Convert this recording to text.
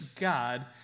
God